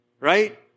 right